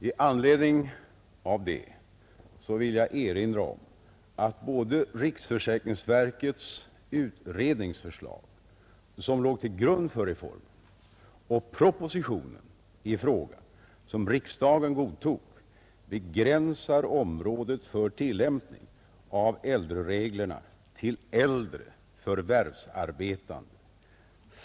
I anledning av detta vill jag erinra om att både riksförsäkringsverkets utredningsförslag som låg till grund för reformen och propositionen i frågan som riksdagen godtog begränsar området för tillämpningen av äldrereglerna till äldre förvärvsarbetande.